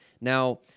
Now